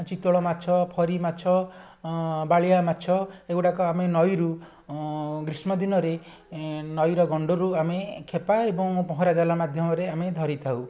ଚିତୋଳ ମାଛ ଫରି ମାଛ ବାଳିଆ ମାଛ ଏଗୁଡ଼ା ଆମେ ନଈରୁ ଗ୍ରୀଷ୍ମଦିନରେ ଏଁ ନଈର ଗଣ୍ଡରୁ ଆମେ ଖେପା ଏବଂ ପହଁରା ଜାଲ ମାଧ୍ୟମରେ ଆମେ ଧରିଥାଉ